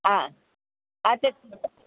ஆ ஆ சரி